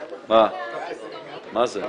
הישיבה ננעלה בשעה 11:40.